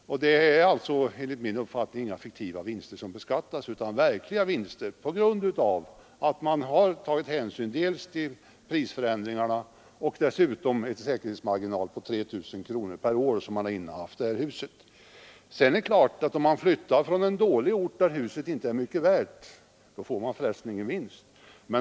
Det är alltså enligt min uppfattning inga fiktiva vinster som beskattas utan verkliga vinster, eftersom vi tar hänsyn till prisförändringarna och dessutom ger en säkerhetsmarginal på 3000 kronor per år som vederbörande har innehaft huset. Om man flyttar från en dålig ort där huset inte är mycket värt, får man ingen vinst.